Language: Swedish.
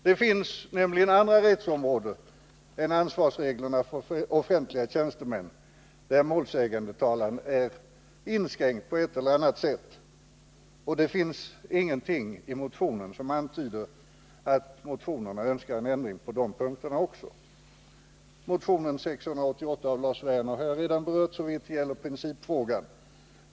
Det finns nämligen andra rättsområden än ansvarsreglerna för offentliga tjänstemän där målsägandetalan är inskränkt på ett eller annat sätt, och det finns ingenting i motionen som antyder att motionärerna önskar en ändring på de punkterna också. Motionen nr 688 av Lars Werner har jag redan berört såvitt gäller en principfråga.